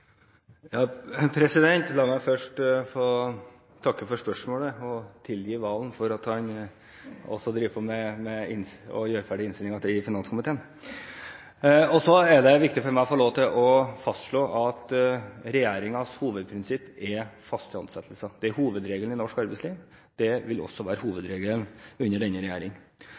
La meg først få takke for spørsmålet og tilgi Serigstad Valen for at han også holder på med å gjøre ferdig innstillingen i finanskomiteen. Så er det viktig for meg å fastslå at regjeringens hovedprinsipp er faste ansettelser. Det er hovedregelen i norsk arbeidsliv, og det vil også være hovedregelen under denne